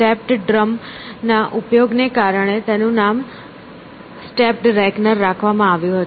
step drum ના ઉપયોગના કારણે તેનું નામ સ્ટેપ્ડ રેકનર રાખવામાં આવ્યું